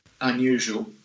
unusual